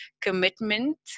commitment